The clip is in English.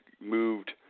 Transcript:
moved